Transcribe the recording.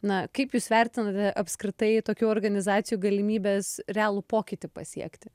na kaip jūs vertinate apskritai tokių organizacijų galimybes realų pokytį pasiekti